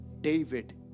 David